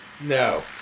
No